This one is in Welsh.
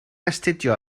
astudio